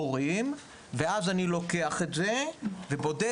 ואז אני לוקח את זה ובודק,